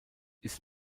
ist